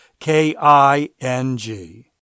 k-i-n-g